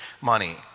money